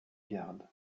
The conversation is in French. garde